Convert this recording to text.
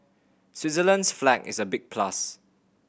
Switzerland's flag is a big plus